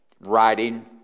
writing